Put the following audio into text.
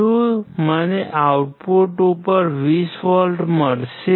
શું મને આઉટપુટ ઉપર 20 વોલ્ટ મળશે